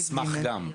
אשמח גם.